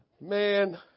man